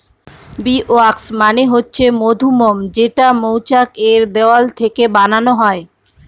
bee wax মানে হচ্ছে মধুমোম যেটা মৌচাক এর দেওয়াল থেকে বানানো হয়